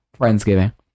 Friendsgiving